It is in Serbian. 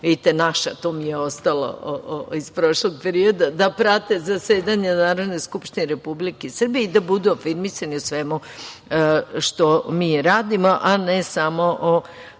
vidite naša, to mi je ostalo iz prošlog perioda, da prate zasedanja Narodne skupštine Republike Srbije i da budu informisani o svemu što mi radimo, a ne samo o